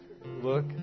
Look